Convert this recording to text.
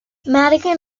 madigan